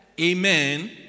Amen